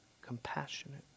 compassionate